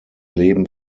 leben